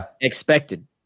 expected